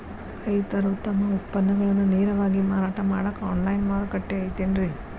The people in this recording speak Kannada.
ರೈತರು ತಮ್ಮ ಉತ್ಪನ್ನಗಳನ್ನ ನೇರವಾಗಿ ಮಾರಾಟ ಮಾಡಾಕ ಆನ್ಲೈನ್ ಮಾರುಕಟ್ಟೆ ಐತೇನ್ರಿ?